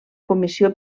comissió